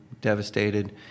devastated